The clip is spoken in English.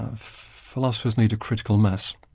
ah philosophers need a critical mass,